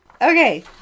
Okay